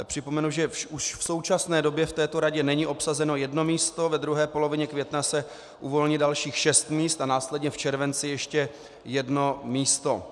Připomenu, že už v současné době v této radě není obsazeno jedno místo, ve druhé polovině května se uvolní dalších šest míst a následně v červenci ještě jedno místo.